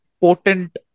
potent